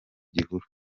gihuru